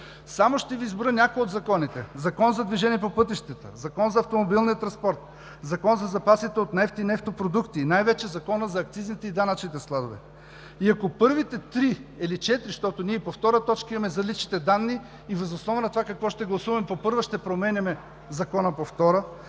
Само ще Ви изброя някои от законите: Закон за движение по пътищата, Закон за автомобилния транспорт, Закон за запасите от нефт и нефтопродукти и най-вече Законът за акцизите и данъчните складове. И ако от първите три или четири, защото ние имаме и по втора точка – за личните данни, и въз основа на това какво ще гласуваме по първа, ще променяме Закона по втора,